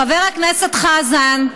חבר הכנסת חזן,